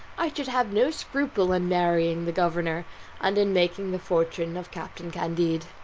i should have no scruple in marrying the governor and in making the fortune of captain candide.